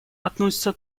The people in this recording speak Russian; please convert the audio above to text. относится